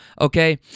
okay